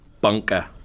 Bunker